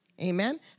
Amen